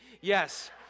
Yes